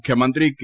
મુખ્યમંત્રી કે